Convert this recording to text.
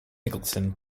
nicholson